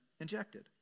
injected